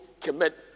commit